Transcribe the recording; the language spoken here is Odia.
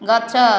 ଗଛ